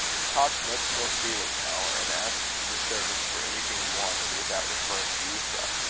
he talked much more freely now, and asked the servants for anything he wanted without referring to euphra.